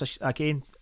again